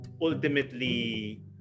ultimately